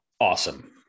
awesome